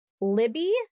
Libby